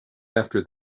after